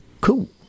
Cool